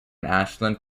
ashland